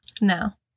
Now